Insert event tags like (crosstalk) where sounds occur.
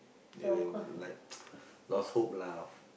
they will would like (noise) lost hope lah of